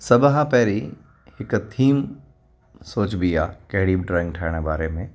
सभ खां पहिरीं हिक थीम सोचिबी आहे कहिड़ी ड्रॉईंग ठाहिण जे बारे में